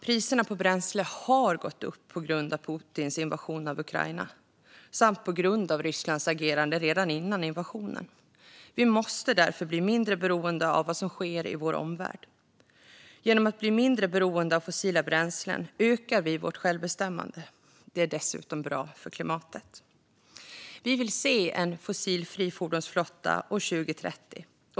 Priserna på bränsle har gått upp på grund av Putins invasion av Ukraina samt på grund av Rysslands agerande redan innan invasionen. Vi måste därför bli mindre beroende av vad som sker i vår omvärld. Genom att bli mindre beroende av fossila bränslen ökar vi vårt självbestämmande. Det är dessutom bra för klimatet. Vi vill se en fossilfri fordonsflotta år 2030.